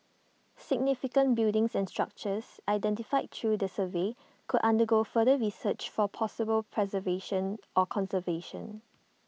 significant buildings and structures identified through the survey could undergo further research for possible preservation or conservation